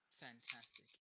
Fantastic